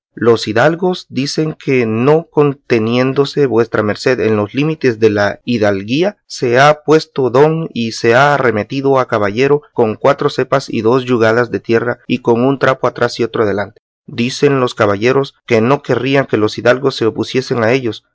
los hidalgos dicen que no conteniéndose vuestra merced en los límites de la hidalguía se ha puesto don y se ha arremetido a caballero con cuatro cepas y dos yugadas de tierra y con un trapo atrás y otro adelante dicen los caballeros que no querrían que los hidalgos se opusiesen a ellos